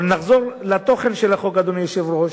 אבל נחזור לתוכן של החוק, אדוני היושב-ראש.